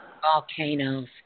Volcanoes